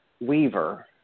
Weaver